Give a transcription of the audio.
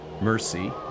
Mercy